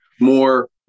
More